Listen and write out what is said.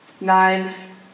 Knives